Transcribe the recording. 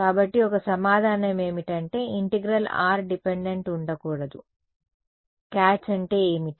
కాబట్టి ఒక సమాధానం ఏమిటి అంటే ఇంటిగ్రల్ r డిపెండెంట్ ఉండకూడదు క్యాచ్ అంటే ఏమిటి